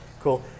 Cool